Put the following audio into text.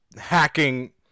hacking